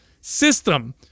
system